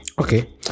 Okay